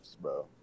bro